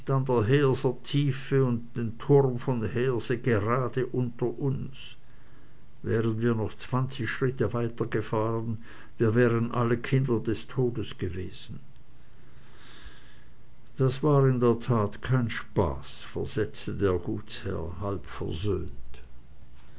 tiefe und den turm von heerse gerade unter uns wären wir noch zwanzig schritt weiter gefahren wir wären alle kinder des todes gewesen das war in der tat kein spaß versetzte der gutsherr halb versöhnt